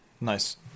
Nice